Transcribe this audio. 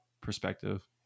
perspective